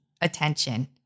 attention